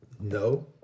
No